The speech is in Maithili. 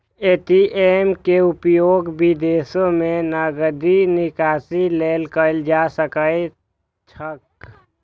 ए.टी.एम के उपयोग विदेशो मे नकदी निकासी लेल कैल जा सकैत छैक